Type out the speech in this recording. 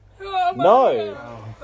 no